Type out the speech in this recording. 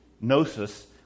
Gnosis